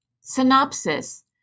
synopsis